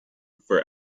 for